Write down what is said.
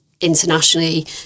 internationally